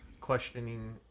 questioning